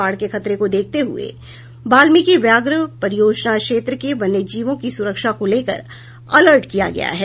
बाढ़ के खतरे को देखते हुये वाल्मीकि व्याघ्र परियोजना क्षेत्र के वन्य जीवों के सुरक्षा को लेकर अलर्ट किया गया है